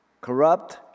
Corrupt